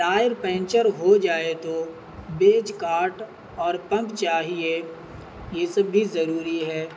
tyre puncture ہو جائے تو بیچ کاٹ اور پمپ چاہیے یہ سب بھی ضروری ہے